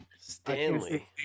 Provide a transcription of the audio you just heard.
Stanley